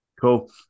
Cool